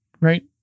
right